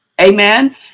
Amen